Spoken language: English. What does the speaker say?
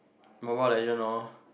Mobile-Legend lor